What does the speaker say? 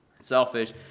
selfish